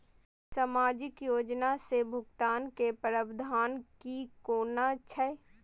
सामाजिक योजना से भुगतान के प्रावधान की कोना छै?